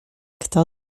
kto